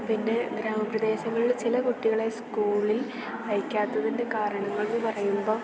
പിന്നെ ഗ്രാമപ്രദേശങ്ങളില് ചില കുട്ടികളെ സ്കൂളിൽ വെയ്ക്കാത്തതിൻ്റെ കാരണങ്ങൾ എന്ന് പറയുമ്പം